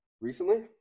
Recently